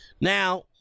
Now